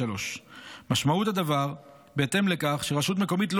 2024. דחייה זו הובילה לכך שסעיף 276(ב)